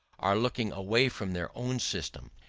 are looking away from their own system,